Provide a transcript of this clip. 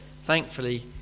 thankfully